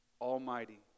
almighty